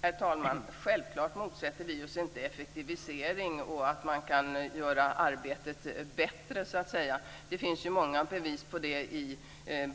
Herr talman! Självklart motsätter vi oss inte effektivisering och att arbetet kan göras bättre. Det finns många bevis på detta i